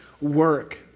work